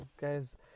guys